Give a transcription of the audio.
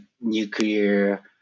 nuclear